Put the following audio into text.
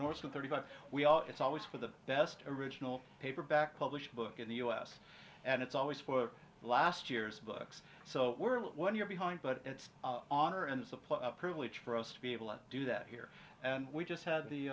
north to thirty five we all it's always for the best original paperback published book in the us and it's always for last year's books so we're one year behind but it's honor and supply a privilege for us to be able to do that here and we just had the